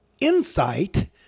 insight